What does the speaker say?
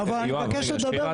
אבל אני מבקש לדבר.